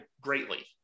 greatly